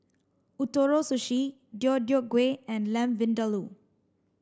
Ootoro Sushi Deodeok Gui and Lamb Vindaloo